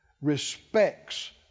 respects